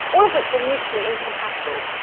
all of which were mutually incompatible.